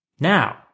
Now